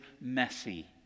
messy